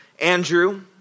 Andrew